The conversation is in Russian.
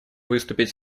выступить